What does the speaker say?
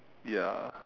ya